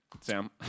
Sam